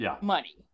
money